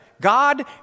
God